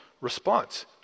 response